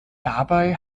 dabei